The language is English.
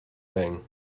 thing